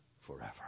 forever